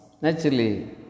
Naturally